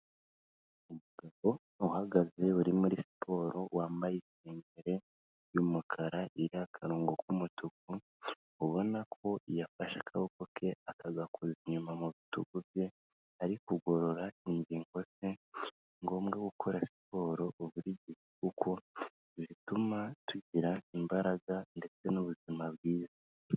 Umugabo uhagaze bari muri siporo wambaye isengeri y'umukara iriho akarongo k'umutuku, ubona ko yafashe akaboko ke akagakoza inyuma mu bitugu bye, ari kugorora ingingo ze, ni ngombwa gukora siporo buri gihe kuko bituma tugira imbaraga ndetse n'ubuzima bwiza.